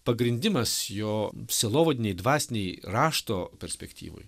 pagrindimas jo sielovadinėj dvasinėj rašto perspektyvoj